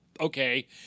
okay